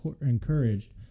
encouraged